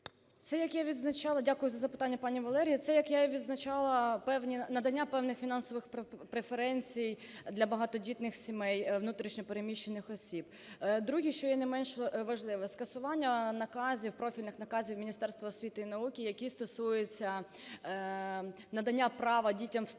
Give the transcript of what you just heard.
Це, як я і відзначала, надання певних фінансових преференцій для багатодітних сімей, внутрішньо переміщених осіб. Друге, що є не менш важливе. Скасування наказів, профільних наказів Міністерства освіти і науки, які стосуються надання права дітям вступати